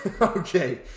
Okay